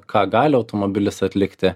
ką gali automobilis atlikti